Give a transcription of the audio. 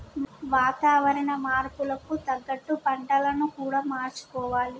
వాతావరణ మార్పులకు తగ్గట్టు పంటలను కూడా మార్చుకోవాలి